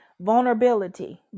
Vulnerability